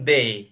Day